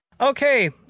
okay